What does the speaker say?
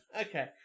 Okay